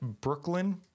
Brooklyn